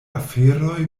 aferoj